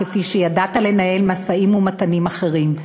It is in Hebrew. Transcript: כפי שידעת לנהל משאים-ומתנים אחרים.